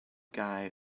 guy